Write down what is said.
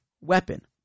weapon